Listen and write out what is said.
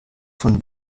von